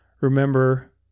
Remember